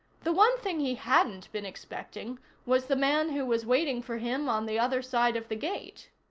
the one thing he hadn't been expecting was the man who was waiting for him on the other side of the gate.